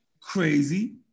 crazy